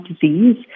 disease